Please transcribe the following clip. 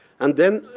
and then